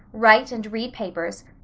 write and read papers,